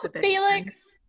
Felix